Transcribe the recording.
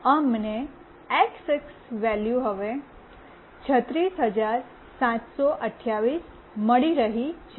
અમને x axis value 36728 મળી રહી છે